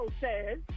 says